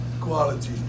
quality